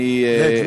ליד-לוד?